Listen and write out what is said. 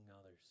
others